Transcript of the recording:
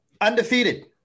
Undefeated